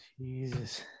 Jesus